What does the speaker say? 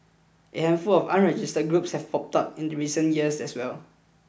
a handful of other unregistered groups have popped up in the recent years as well